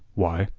why,